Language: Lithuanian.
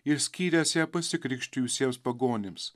ir skyręs ją pasikrikštijusiems pagonims